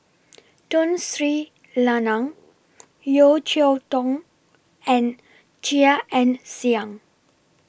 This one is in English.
Tun Sri Lanang Yeo Cheow Tong and Chia Ann Siang